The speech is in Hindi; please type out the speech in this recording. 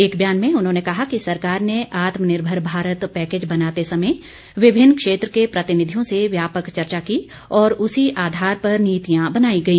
एक ब्यान में उन्होंने कहा कि सरकार ने आत्मनिर्भर भारत पैकेज बनाते समय विभिन्न क्षेत्र के प्रतिनिधियों से व्यापक चर्चा की और उसी आधार पर नीतियां बनाई गई